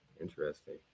Interesting